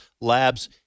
labs